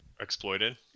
exploited